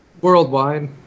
worldwide